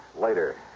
later